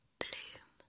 bloom